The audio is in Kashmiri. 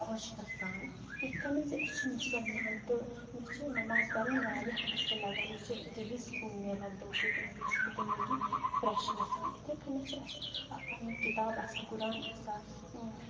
خۄش گژھان یِتھ کَنَتھ زِ أسۍ چھِ مُسلمان تہٕ مےٚ چھِ نماز پَرٕنۍ واریاہ اَصٕل لَگان مےٚ چھُ دِلی سکوٗن ملان تَمہِ سۭتۍ تمہِ سۭتۍ چھَس بہٕ دِٮ۪مٲگی فرٛٮ۪ش گژھان اِتھَے کٔنیتھ چھِ اَسہِ اَکھ پَنٕنۍ کِتاب آسان قُرآن آسان